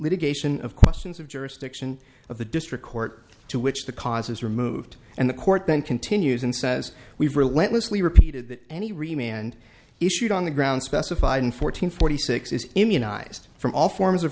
litigation of questions of jurisdiction of the district court to which the causes removed and the court then continues and says we've relentlessly repeated any remain and issued on the ground specified in fourteen forty six is immunized from all forms of